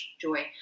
joy